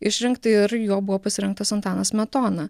išrinkti ir juo buvo pasirinktas antanas smetona